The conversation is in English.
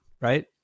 right